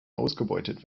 ausgebeutet